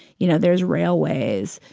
you know, there's railways.